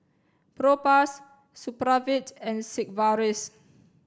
Propass Supravit and Sigvaris